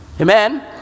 Amen